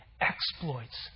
exploits